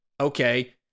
okay